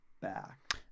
back